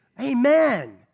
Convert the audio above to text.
Amen